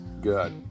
Good